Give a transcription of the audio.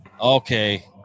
okay